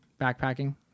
backpacking